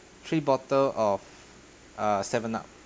three bottle of uh seven up